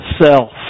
self